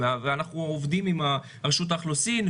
אנחנו עובדים עם רשות האוכלוסין,